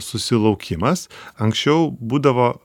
susilaukimas anksčiau būdavo